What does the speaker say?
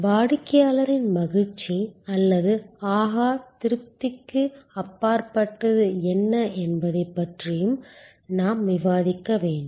வாடிக்கையாளரின் மகிழ்ச்சி அல்லது ஆஹா திருப்திக்கு அப்பாற்பட்டது என்ன என்பதைப் பற்றியும் நாம் விவாதிக்க வேண்டும்